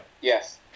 Yes